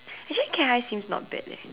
actually cat eyes seems not bad leh